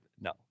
no